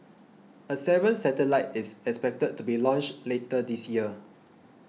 a seventh satellite is expected to be launched later this year